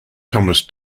thomas